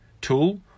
tool